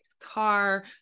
car